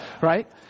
right